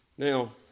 Now